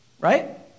Right